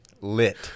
Lit